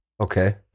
Okay